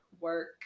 work